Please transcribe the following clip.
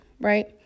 right